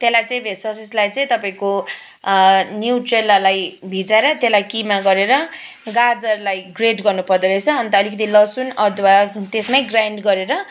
त्यसलाई चाहिँ भेज ससेजलाई चाहिँ तपाईँको आँ निउट्रेलालाई भिजाएर त्यसलाई किमा गरेर गाजरलाई ग्रेट गर्नु पर्दो रहेछ अन्त अलिकति लसुन अदुवा त्यसमै ग्राइन्ड गरेर